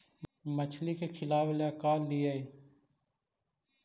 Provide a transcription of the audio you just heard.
मछली के खिलाबे ल का लिअइ?